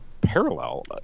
parallel